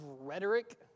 rhetoric